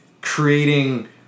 creating